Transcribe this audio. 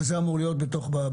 וזה אמור להיות בתמ"א?